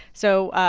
so,